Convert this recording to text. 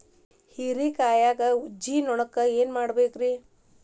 ಹೇರಿಕಾಯಾಗ ಊಜಿ ನೋಣಕ್ಕ ಏನ್ ಮಾಡಬೇಕ್ರೇ?